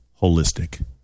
Holistic